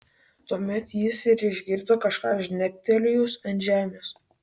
tuomet jis ir išgirdo kažką žnektelėjus ant žemės